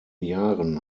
jahren